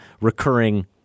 recurring